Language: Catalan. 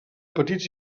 petits